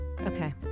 Okay